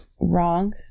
wrong